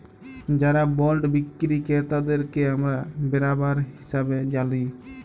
যারা বল্ড বিক্কিরি কেরতাদেরকে আমরা বেরাবার হিসাবে জালি